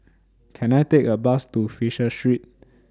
Can I Take A Bus to Fisher Street